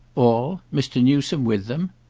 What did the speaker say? all mr. newsome with them?